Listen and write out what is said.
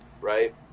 right